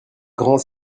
grands